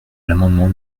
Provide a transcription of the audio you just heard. l’amendement